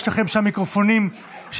יש לכם שם מיקרופונים שמפוזרים.